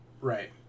Right